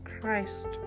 christ